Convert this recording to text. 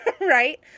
right